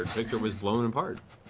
victor was blown apart.